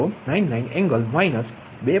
00099 angle minus 2